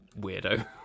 weirdo